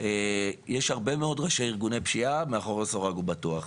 יש הרבה מאוד ראשי ארגוני פשיעה מאחורי סורג ובריח,